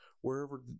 wherever